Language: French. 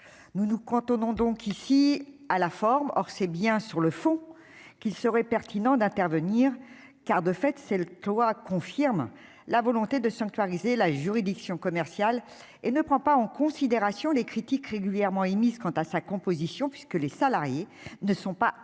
nous nous comptons non donc ici, à la forme, or c'est bien sur le fond qu'il serait pertinent d'intervenir car, de fait, c'est le trois confirme la volonté de sanctuariser la juridiction commerciale et ne prend pas en considération les critiques régulièrement émises quant à sa composition, puisque les salariés ne sont pas inclus